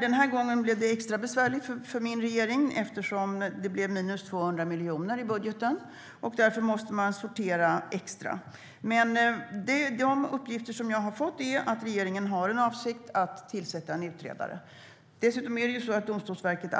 Den här gången blev det extra besvärligt för min regering eftersom det blev minus 200 miljoner i budgeten. Därför måste man sortera extra. De uppgifter som jag har fått är att regeringen har en avsikt att tillsätta en utredare. Dessutom arbetar Domstolsverket